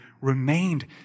remained